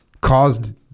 caused